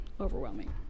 overwhelming